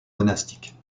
monastique